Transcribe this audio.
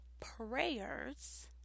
prayers